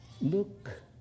Look